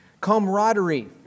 Camaraderie